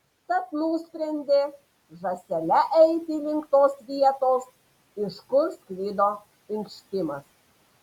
tad nusprendė žąsele eiti link tos vietos iš kur sklido inkštimas